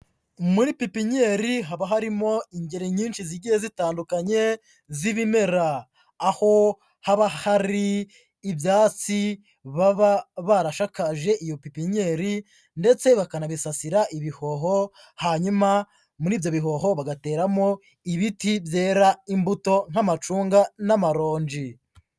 Muri pipinyeri haba harimo ingeri nyinshi zigiye zitandukanye z'ibimera, aho haba hari ibyatsi baba barashakaje iyo pipinyeri ndetse bakanabisasira ibihoho hanyuma muri ibyo bihoho bagateramo ibiti byera imbuto nk'amacunga n'amaronji.